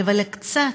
אבל קצת,